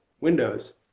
windows